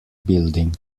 building